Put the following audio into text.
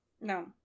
No